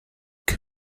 que